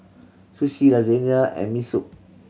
Sushi Lasagna and Mi Soup